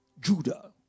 Judah